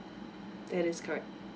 that is correct